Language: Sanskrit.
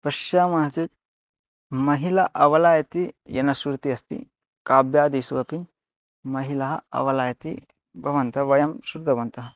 पश्यामः चेत् महिला अबलायते येन श्रुतिः अस्ति काव्यादिषु अपि महिला अबलायते भवन्तः वयं श्रुतवन्तः